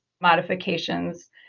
modifications